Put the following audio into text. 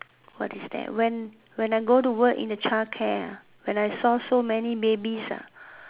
what is that when when I go to work in the childcare ah when I saw so many babies ah